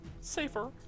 safer